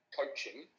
coaching